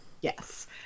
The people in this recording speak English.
yes